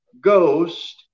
ghost